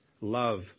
love